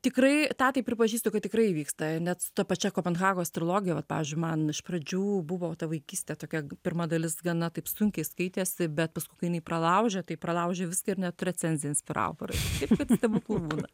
tikrai tą tai pripažįstu kad tikrai įvyksta net su ta pačia kopenhagos trilogija vat pavyzdžiui man iš pradžių buvo ta vaikystė tokia pirma dalis gana taip sunkiai skaitėsi bet paskui kai jinai pralaužia tai pralaužia viską ir net recenziją inspiravo parašyti taip kad stebuklų būna